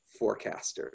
forecasters